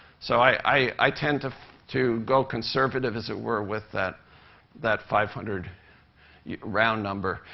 so i i tend to to go conservative, as it were, with that that five hundred round number.